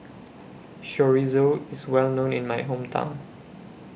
Chorizo IS Well known in My Hometown